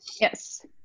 yes